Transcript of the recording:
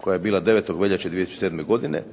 koja je bila 9. veljače 2007. godine.